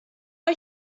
wir